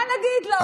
מה נגיד לו?